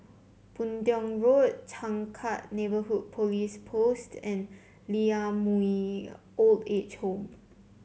Boon Tiong Road Changkat Neighbourhood Police Post and Lee Ah Mooi Old Age Home